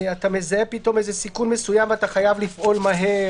אתה מזהה פתאום איזה סיכון מסוים ואתה חייב לפעול מהר,